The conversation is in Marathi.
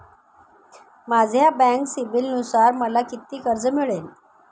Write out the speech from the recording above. माझ्या बँक सिबिलनुसार मला किती कर्ज मिळेल?